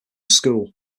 school